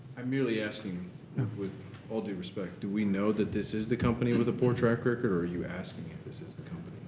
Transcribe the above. i'm merely asking with all due respect, do we know that this is the company with the poor track record or are you asking if this is the company?